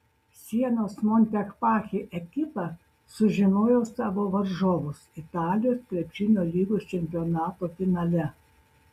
sienos montepaschi ekipa sužinojo savo varžovus italijos krepšinio lygos čempionato finale